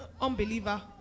unbeliever